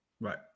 right